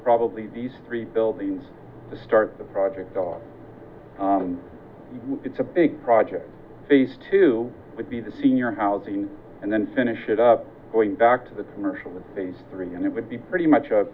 probably these three buildings to start the project it's a big project face two would be the senior housing and then finish it up going back to the commercial with these three and it would be pretty much a